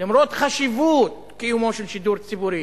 למרות חשיבות קיומו של שידור ציבורי,